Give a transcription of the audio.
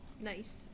Nice